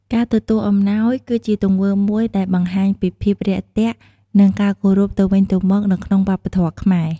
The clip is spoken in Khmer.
ការទទួលអំណោយគឺជាទង្វើមួយដែលបង្ហាញពីភាពរាក់ទាក់ និងការគោរពទៅវិញទៅមកនៅក្នុងវប្បធម៌ខ្មែរ។